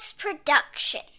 production